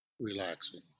relaxing